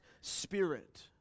Spirit